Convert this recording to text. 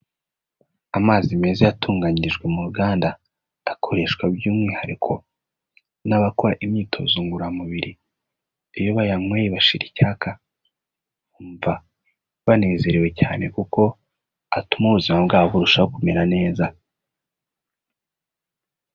Amazi meza yatunganyirijwe mu ruganda, akoreshwa by'umwihariko n'abakora imyitozo ngororamubiri. Iyo bayanyweye bashira icyaka, bumva banezerewe cyane kuko atuma ubuzima bwabo burushaho kumera neza.